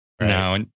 No